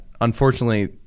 unfortunately